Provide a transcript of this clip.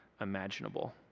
imaginable